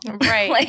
Right